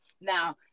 Now